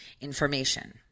information